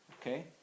okay